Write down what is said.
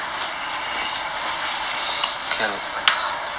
ya lah basic lah 最基本的 lor